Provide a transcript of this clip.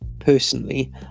Personally